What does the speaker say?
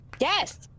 Yes